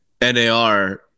NAR